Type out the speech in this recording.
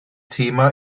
thema